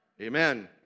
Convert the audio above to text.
Amen